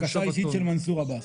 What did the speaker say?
זו בקשה אישית של מנסור עבאס,